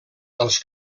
els